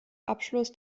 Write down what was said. abschluss